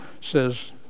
says